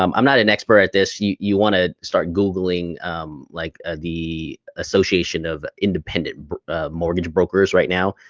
um i'm not an expert at this. you wanna start googling like the association of independent mortgage brokers right now.